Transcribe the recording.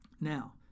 Now